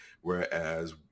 whereas